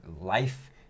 life